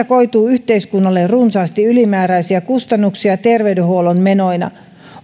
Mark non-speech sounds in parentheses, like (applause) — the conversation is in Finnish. (unintelligible) koituu yhteiskunnalle runsaasti ylimääräisiä kustannuksia terveydenhuollon menoina